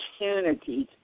opportunities